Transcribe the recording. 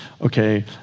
okay